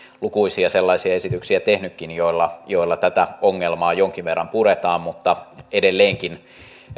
lukuisia sellaisia esityksiä tehnytkin joilla joilla tätä ongelmaa jonkin verran puretaan mutta edelleenkin